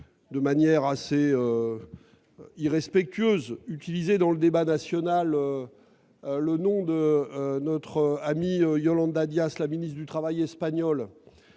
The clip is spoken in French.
de manière assez irrespectueuse, utilisé dans le débat national le nom de notre amie Yolanda Díaz, la ministre du travail espagnole.